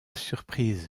surprise